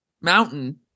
mountain